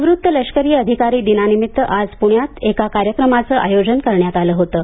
निवृत्त लष्करी अधिकारी दिनानिमित्त आज पृण्यात एका कार्यक्रमाचं आयोजन करण्यात आलं होतं